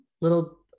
little